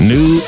New